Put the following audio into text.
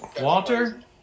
walter